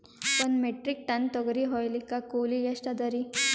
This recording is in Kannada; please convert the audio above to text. ಒಂದ್ ಮೆಟ್ರಿಕ್ ಟನ್ ತೊಗರಿ ಹೋಯಿಲಿಕ್ಕ ಕೂಲಿ ಎಷ್ಟ ಅದರೀ?